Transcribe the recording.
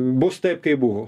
bus taip kaip buvo